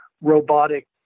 robotic